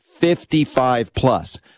55-plus